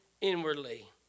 inwardly